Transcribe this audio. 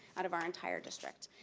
out of our entire district,